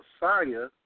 Messiah